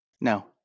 No